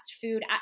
food